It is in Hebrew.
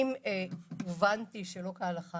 אם הובנתי שלא כהלכה